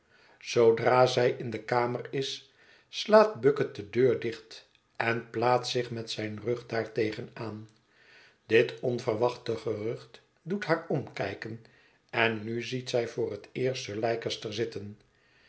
zoodra zij in de kamer is slaat bucket de deur dicht en plaatst zich met zijn rug daartegen aan dit onverwachte gerucht doet haar omkijken en nu ziet zij voor het eerst sir leicester zitten